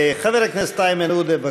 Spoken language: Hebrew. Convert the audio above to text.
חבר הכנסת איימן עודה,